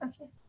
Okay